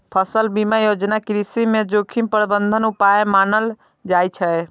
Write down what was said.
फसल बीमा योजना कृषि मे जोखिम प्रबंधन उपाय मानल जाइ छै